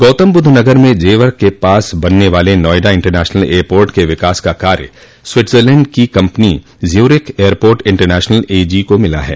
गौतमबुद्धनगर में जेवर के पास बनने वाले नोएडा इंटरनेशनल एयरपोर्ट के विकास का कार्य स्विटजरलैण्ड की company Zurich airport international AG को मिला है